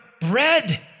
bread